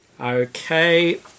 Okay